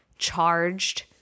charged